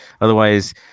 Otherwise